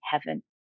heaven